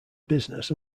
business